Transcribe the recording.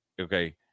okay